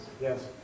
Yes